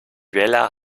wähler